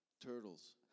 turtles